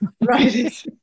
Right